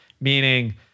meaning